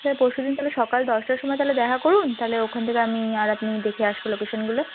পরশু দিন তাহলে সকাল দশটার সময় তালে দেখা করুন তাহলে ওখান থেকে আমি আর আপনি দেখে আসবো লোকেশানগুলো